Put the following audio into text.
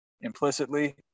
implicitly